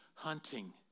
hunting